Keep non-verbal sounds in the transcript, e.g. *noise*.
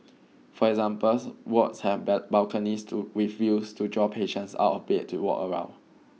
for examples wards have *unintelligible* balconies to reviews to draw patients out of bed to walk around